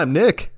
nick